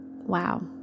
Wow